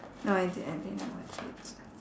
no idea I didn't watch it